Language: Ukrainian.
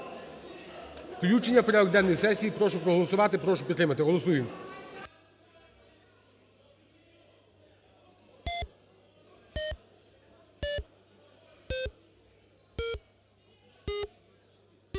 Включення в порядок денний сесії. Прошу проголосувати, прошу підтримати. Голосуємо.